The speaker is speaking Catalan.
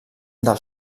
del